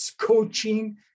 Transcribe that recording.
coaching